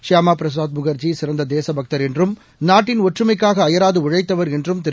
ஷியாமா பிரசாத் முகாஜி சிறந்த தேச பக்தர் என்றும் நாட்டின் ஒற்றுமைக்காக அயராது உழைத்தவர் என்றும் திரு